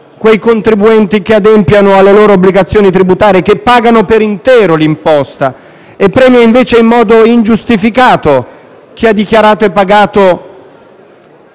quei contribuenti che adempiono alla loro obbligazioni tributarie, che pagano per intero l'imposta e premia invece in modo ingiustificato chi non ha dichiarato e pagato